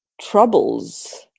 troubles